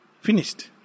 finished